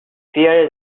fear